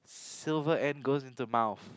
silver end goals into mouth